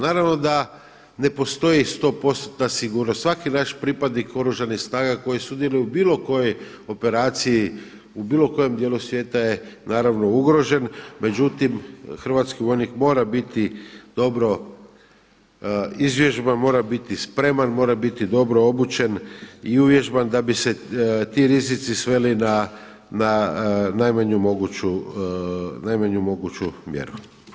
Naravno da ne postoji 100%-tna sigurnost, svaki naš pripadnik Oružanih snaga koji sudjeluje u bilo kojoj operaciji, u bilo kojem dijelu svijeta je naravno ugrožen, međutim hrvatski vojnik mora biti dobro izvježban, mora biti spreman, mora biti dobro obučen da bi se ti rizici sveli na najmanju moguću mjeru.